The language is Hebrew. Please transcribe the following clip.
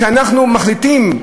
כשאנחנו מחליטים,